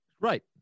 Right